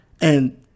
And-